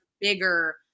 Bigger